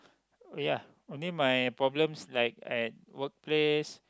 oh ya only my problems like I work place